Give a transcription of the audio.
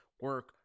Work